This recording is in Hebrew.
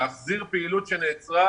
להחזיר פעילות שנעצרה,